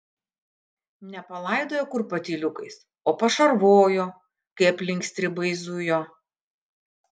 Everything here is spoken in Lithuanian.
ne palaidojo kur patyliukais o pašarvojo kai aplink stribai zujo